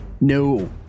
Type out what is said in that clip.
No